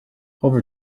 over